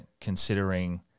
considering